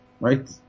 Right